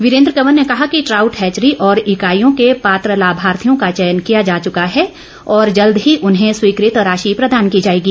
वीरेन्द्र कंवर ने कहा कि ट्राउट हैचरी और इकाईयों के पात्र लाभार्थियों का चयन किया जा चुका है और जल्द ही उन्हें स्वीकृत राशि प्रदान की जाएगी